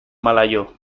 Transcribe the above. malayo